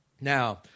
Now